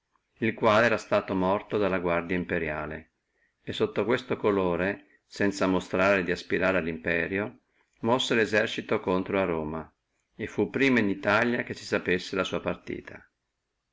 il quale da soldati pretoriani era suto morto e sotto questo colore sanza monstrare di aspirare allo imperio mosse lo esercito contro a roma e fu prima in italia che si sapessi la sua partita